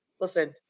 listen